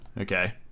Okay